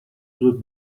زود